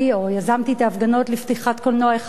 או יזמתי את ההפגנות לפתיחת קולנוע "היכל",